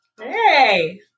Hey